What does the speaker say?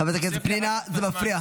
חברת הכנסת פנינה, זה מפריע.